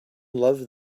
loved